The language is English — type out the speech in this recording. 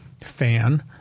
fan